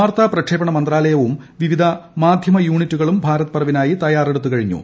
വാർത്താപ്രക്ഷേപണ മന്ത്രാലയവും വിവിധ മാധ്യമ യൂണിറ്റുകളും ഭാരത് പർവിനായി തയ്യാറെടുത്തു കഴിഞ്ഞു